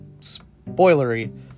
spoilery